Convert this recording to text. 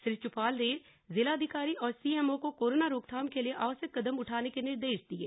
श्री चुफाल ने जिलाधिकारी और सीएमओ को कोरोना रोकथाम के लिये आवश्यक कदम उठाने के निर्देश दिये